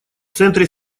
центре